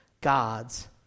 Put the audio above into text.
God's